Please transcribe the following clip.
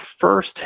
first